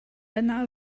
yna